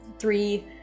three